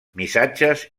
missatges